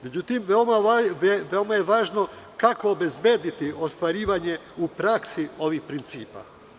Međutim, veoma je važno kako obezbediti ostvarivanje u praksi ovih principa.